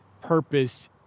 purpose